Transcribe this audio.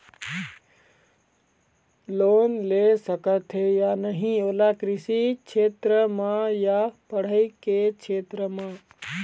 Loan ले सकथे या नहीं ओला कृषि क्षेत्र मा या पढ़ई के क्षेत्र मा?